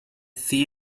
the